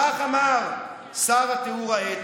כך אמר שר הטיהור האתני: